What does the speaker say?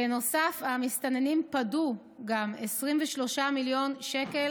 בנוסף, המסתננים פדו גם 23 מיליון שקל